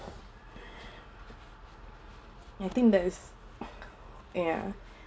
I think that is ya